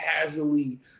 casually